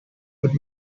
would